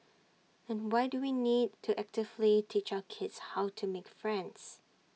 and why do we need to actively teach our kids how to make friends